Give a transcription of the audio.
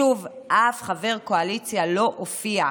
שוב, אף חבר קואליציה לא הופיע.